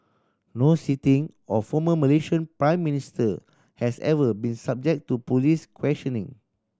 no sitting or former Malaysian Prime Minister has ever been subject to police questioning